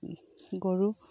গৰুৰ